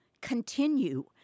continue